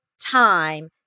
time